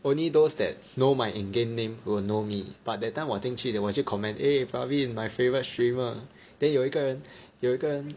only those that know my in game name will know me but that time 我进去 then 我去 comment eh Pravin my favourite streamer then 有一个人有一个人